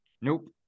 Nope